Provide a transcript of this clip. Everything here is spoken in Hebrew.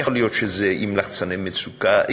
יכול להיות שזה עם לחצני מצוקה,